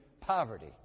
poverty